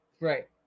Right